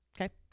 Okay